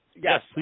Yes